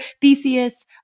Theseus